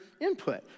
input